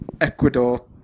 Ecuador